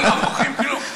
לא מוכרים כלום,